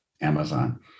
amazon